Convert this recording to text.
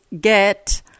get